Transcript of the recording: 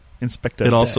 Inspector